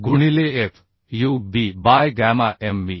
गुणिलेFub by gamma MB